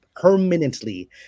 permanently